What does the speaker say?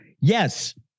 Yes